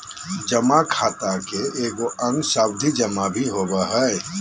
जमा खाता के एगो अंग सावधि खाता भी होबो हइ